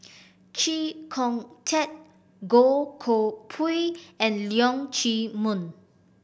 Chee Kong Tet Goh Koh Pui and Leong Chee Mun